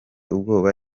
ubwoba